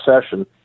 session